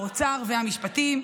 האוצר והמשפטים.